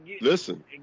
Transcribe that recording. listen